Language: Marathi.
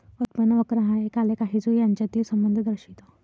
उत्पन्न वक्र हा एक आलेख आहे जो यांच्यातील संबंध दर्शवितो